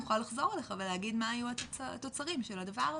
ולהגיד מה היו התוצרים של הדבר הזה.